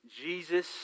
Jesus